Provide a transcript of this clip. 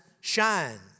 shine